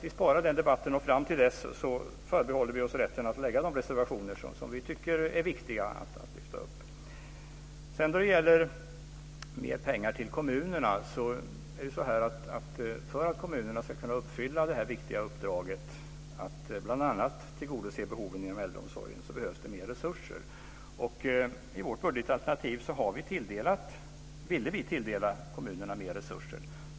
Vi spar den debatten, och fram till dess förbehåller vi oss rätten att skriva de reservationer som vi tycker är viktiga. För att kommunerna ska kunna uppfylla det viktiga uppdraget att bl.a. tillgodose behoven inom äldreomsorgen så behövs det mer resurser. Och enligt vårt budgetalternativ vill vi tilldela kommunerna mer resurser.